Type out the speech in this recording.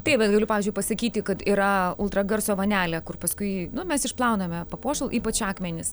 taip bet galiu pavyzdžiui pasakyti kad yra ultragarso vonelė kur paskui nu mes išplauname papuošal ypač akmenys